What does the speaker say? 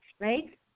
Right